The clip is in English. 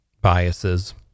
biases